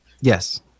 Yes